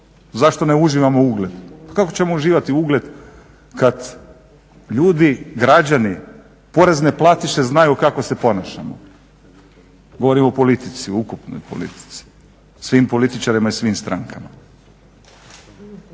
Zašto ne uživamo ugled? Pa kako ćemo uživati ugled kad ljudi, građani porezne platiše znaju kako se ponašamo. Govorim o politici, ukupnoj politici, svim političarima i svim strankama.